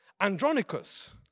Andronicus